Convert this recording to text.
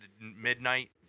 midnight